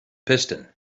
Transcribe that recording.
piston